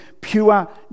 pure